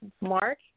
Mark